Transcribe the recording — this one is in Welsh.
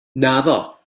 naddo